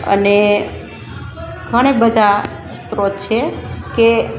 અને ઘણાં બધાં સ્ત્રોત છે કે